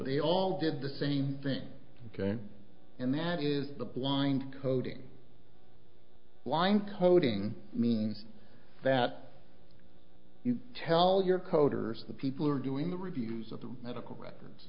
they all did the same thing and that is the blind coding line coding means that you tell your coders the people are doing the reviews of the medical records